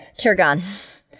Turgon